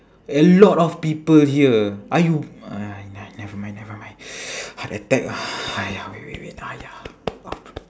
a lot of people here are you ah n~ nevermind nevermind heart attack ah !haiya! wait wait wait !haiya!